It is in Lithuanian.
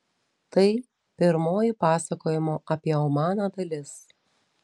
tai pirmoji pasakojimo apie omaną dalis